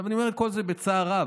עכשיו, אני אומר את כל זה בצער רב.